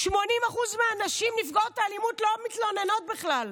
80% מהנשים נפגעות האלימות לא מתלוננות בכלל,